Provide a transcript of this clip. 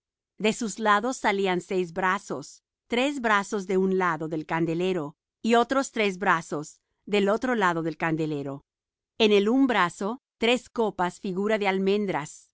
de sus lados salían seis brazos tres brazos del un lado del candelero y otros tres brazos del otro lado del candelero en el un brazo tres copas figura de almendras